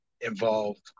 involved